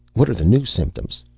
what are the new symptoms?